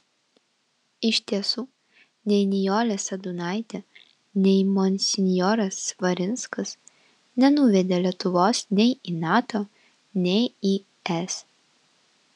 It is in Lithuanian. iš tiesų nei nijolė sadūnaitė nei monsinjoras svarinskas nenuvedė lietuvos nei į nato nei į es